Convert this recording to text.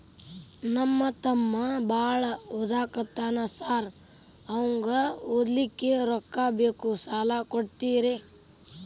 ನಮ್ಮ ತಮ್ಮ ಬಾಳ ಓದಾಕತ್ತನ ಸಾರ್ ಅವಂಗ ಓದ್ಲಿಕ್ಕೆ ರೊಕ್ಕ ಬೇಕು ಸಾಲ ಕೊಡ್ತೇರಿ?